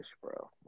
bro